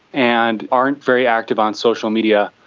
and aren't very active on social media.